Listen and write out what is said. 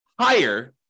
higher